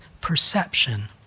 perception